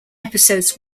episodes